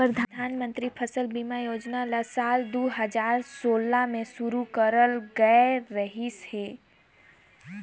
परधानमंतरी फसल बीमा योजना ल साल दू हजार सोला में शुरू करल गये रहीस हे